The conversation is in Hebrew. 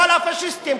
כל הפאשיסטים,